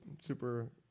super